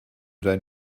deinen